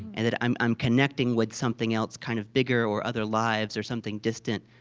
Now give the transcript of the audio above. and that i'm i'm connecting with something else kind of bigger, or other lives, or something distant.